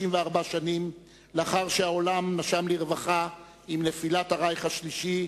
64 שנים לאחר שהעולם נשם לרווחה עם נפילת "הרייך השלישי",